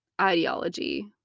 ideology